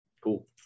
Cool